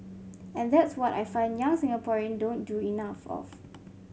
and that's what I find young Singaporean don't do enough of